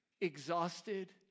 exhausted